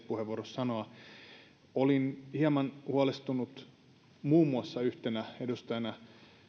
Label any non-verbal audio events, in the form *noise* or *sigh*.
*unintelligible* puheenvuorossa sanoa olin hieman huolestunut muun muassa yhtenä edustajana